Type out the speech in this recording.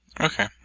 Okay